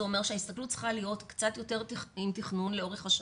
זה אומר שההסתכלות צריכה להיות קצת יותר עם תכנון לאורך השנה.